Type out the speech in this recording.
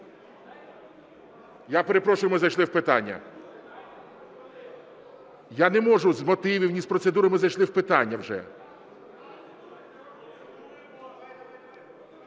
Я перепрошую, ми зайшли в питання. Я не можу ні з мотивів, ні з процедури, ми зайшли в питання вже.